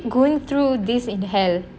going through this in hell